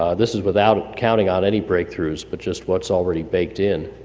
um this is without counting on any breakthroughs, but just what's already baked in.